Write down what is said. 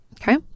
Okay